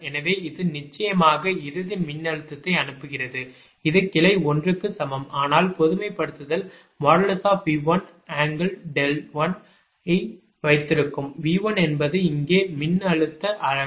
எனவே இது நிச்சயமாக இறுதி மின்னழுத்தத்தை அனுப்புகிறது இது கிளை 1 க்கு சமம் ஆனால் பொதுமைப்படுத்தல் V11 ஐ வைத்திருக்கும் V1 என்பது இங்கே மின்னழுத்த அளவு